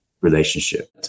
relationship